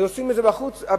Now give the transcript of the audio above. לשים את זה בחוץ,